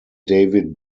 david